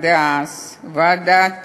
ועדת